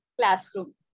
classroom